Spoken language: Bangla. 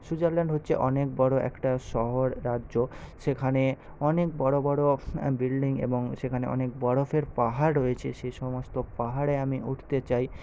সুইজারল্যান্ড হচ্ছে অনেক বড় একটা শহর রাজ্য সেখানে অনেক বড় বড় বিল্ডিং এবং সেখানে অনেক বরফের পাহাড় রয়েছে সে সমস্ত পাহাড়ে আমি উঠতে চাই